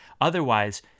Otherwise